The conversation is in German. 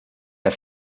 der